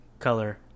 color